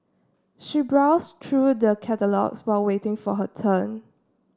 she browse through the catalogues while waiting for her turn